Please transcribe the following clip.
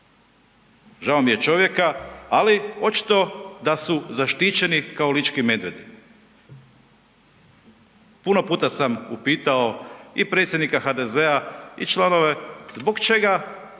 žao mi je čovjeka, ali očito da su zaštićeni kao lički medvjedi. Puno puta sam upitao i predsjednika HDZ-a i članove zbog čega